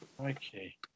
Okay